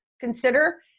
consider